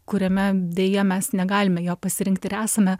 kuriame deja mes negalime jo pasirinkt ir esame